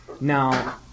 Now